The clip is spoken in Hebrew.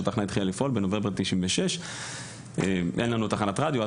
כשהתחנה התחילה לפעול בנוב' 96' "אין לנו תחנת רדיו",